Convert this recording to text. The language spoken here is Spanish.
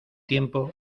tiempo